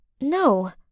no